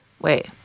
wait